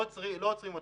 לא עוצרים אותם.